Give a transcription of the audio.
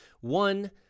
one